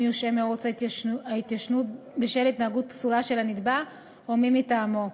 יושעה מירוץ ההתיישנות בשל התנהגות פסולה של הנתבע או מי מטעמו.